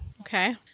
Okay